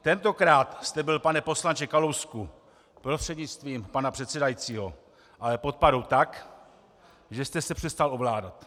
Tentokrát jste byl, pane poslanče Kalousku prostřednictvím pana předsedajícího, ale pod parou tak, že jste se přestal ovládat.